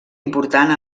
important